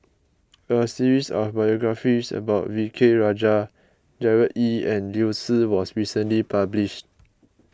a series of biographies about V K Rajah Gerard Ee and Liu Si was recently published